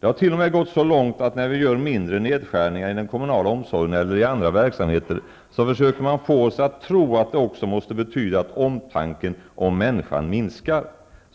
Det har t.o.m. gått så långt att när vi gör mindre nedskärningar i den kommunala omsorgen eller i andra verksamheter, så försöker man få oss att tro att det också måste betyda att omtanken om människan minskar.